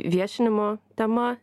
viešinimo tema